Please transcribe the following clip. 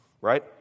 Right